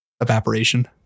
evaporation